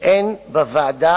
שאין בוועדה